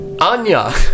Anya